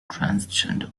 transgender